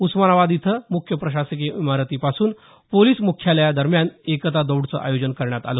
उस्मानाबाद इथं मुख्य प्रशासकीय इमारतीपासून पोलिस मुख्यालया दरम्यान एकता दौडचं आयोजन करण्यात आलं